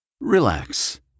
Relax